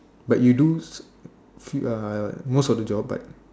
but you do few uh most of the job but